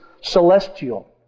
celestial